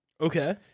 Okay